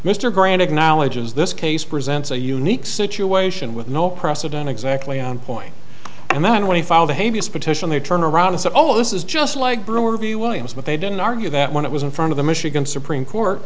mr grant acknowledges this case presents a unique situation with no precedent exactly on point and then when he filed a petition they turned around and said oh this is just like brewer view williams but they didn't argue that when it was in front of the michigan